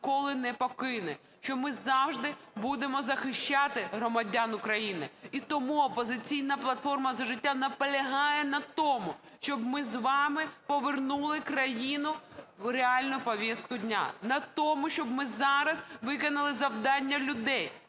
що ми завжди будемо захищати громадян України. І тому "Опозиційна платформа – За життя" наполягає на тому, щоб ми з вами повернули країну в реальну повістку дня, на тому, щоб ми зараз виконали завдання людей: